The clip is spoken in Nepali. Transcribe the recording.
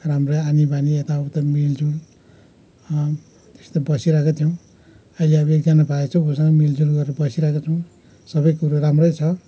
राम्रै आनीबानी यताउता मिलजुल त्यस्तै बसिरहेको थियौँ अहिले अब एकजना भाइ छ उसँग मिलजुल गरेर बसिरहेको छौँ सबै कुरो राम्रै छ